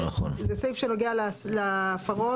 זה סעיף שנוגע להפרות.